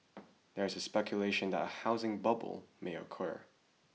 there is speculation that a housing bubble may occur